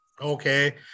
okay